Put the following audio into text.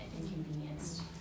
inconvenienced